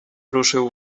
ruszył